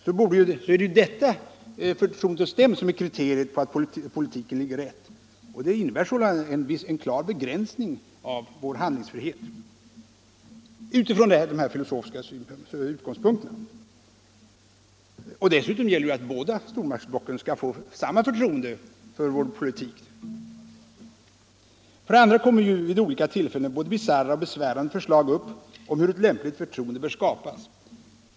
Då borde detta förtroende hos dem vara kriteriet på att politiken ligger rätt, och det innebär sålunda en klar begränsning av vår handlingsfrihet utifrån dessa filosofiska utgångspunkter. Och dessutom måste ju båda stormaktsblocken få samma förtroende för vår politik. För det andra kommer ju vid olika tillfällen både bisarra och besvärande förslag upp om hur ett lämpligt förtroende bör skapas.